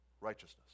righteousness